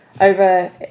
over